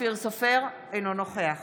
אינו נוכח